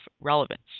relevance